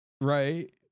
Right